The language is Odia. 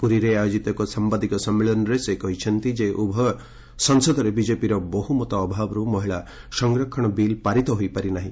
ପୁରୀରେ ଆୟୋଜିତ ଏକ ସାମ୍ଘାଦିକ ସମ୍ମିଳନୀରେ ସେ କହିଲେ ଯେ ଉଭୟ ସଂସଦରେ ବିଜେପିର ବହୁମତ ଅଭାବରୁ ମହିଳା ସଂରକ୍ଷଣ ବିଲ୍ ପାରିତ ହୋଇପାରିନାହି